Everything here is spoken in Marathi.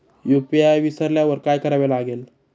यू.पी.आय विसरल्यावर काय करावे लागेल?